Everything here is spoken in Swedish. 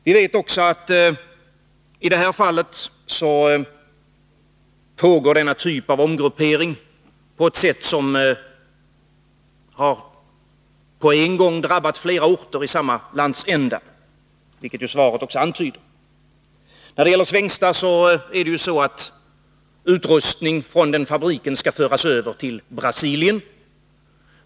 Vi vet också att denna typ av omgrupperingi bästa fall pågår på ett sätt som på en gång har drabbat flera orter i samma landsända, vilket svaret också antydde. När det gäller Svängsta skall utrustningen från den fabriken föras över till Brasilien.